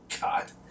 God